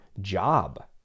job